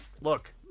Look